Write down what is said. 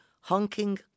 honking